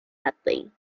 nothing